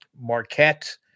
Marquette